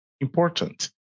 important